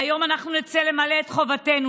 מהיום אנחנו נצא למלא את חובתנו,